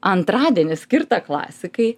antradienį skirtą klasikai